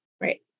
Right